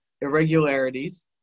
irregularities